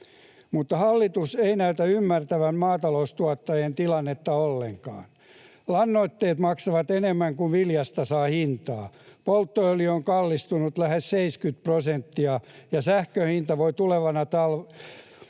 mutta hallitus ei näytä ymmärtävän maataloustuottajien tilannetta ollenkaan. Lannoitteet maksavat enemmän kuin viljasta saa hintaa. Polttoöljy on kallistunut lähes 70 prosenttia, ja sähkön hintaa voi tulevana talvena